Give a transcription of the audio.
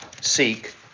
seek